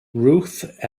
ruth